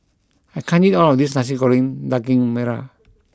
I can't eat all of this Nasi Goreng Daging Merah